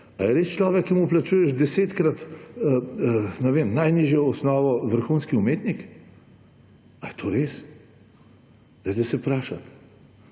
res človek, ki mu plačuješ desetkrat najnižjo osnovo, vrhunski umetnik? A je to res? Vprašajte